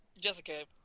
Jessica